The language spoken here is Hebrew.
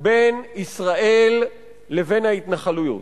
בין ישראל לבין ההתנחלויות.